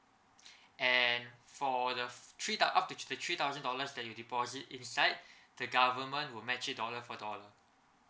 and for the three tho~ up to the three thousand dollars that you deposit inside the government will match it dollar for dollar